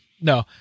no